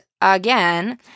again